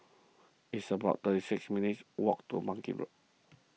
it's about thirty six minutes' walk to Bangkit Road